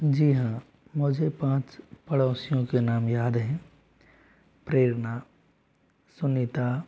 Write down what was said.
जी हाँ मुझे पाँच पड़ोसियों के नाम याद हैं प्रेरणा सुनीता